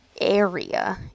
area